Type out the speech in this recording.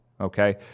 okay